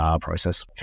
process